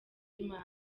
y’imari